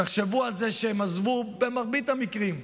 תחשבו על זה שהם עזבו, במרבית המקרים,